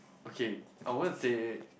okay I won't say